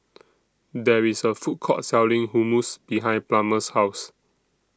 There IS A Food Court Selling Hummus behind Plummer's House